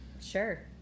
Sure